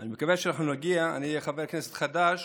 אני חבר כנסת חדש,